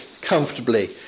comfortably